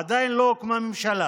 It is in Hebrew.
עדיין לא הוקמה ממשלה.